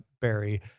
Barry